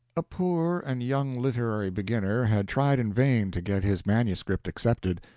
a poor and young literary beginner had tried in vain to get his manuscripts accepted.